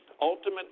ultimately